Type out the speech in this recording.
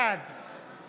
בעד